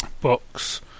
box